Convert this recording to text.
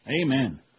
Amen